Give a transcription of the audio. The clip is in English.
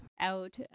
out